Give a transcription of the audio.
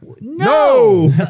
No